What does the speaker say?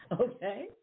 okay